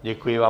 Děkuji vám.